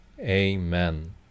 amen